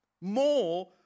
more